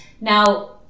Now